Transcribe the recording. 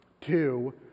Two